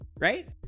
right